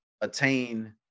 attain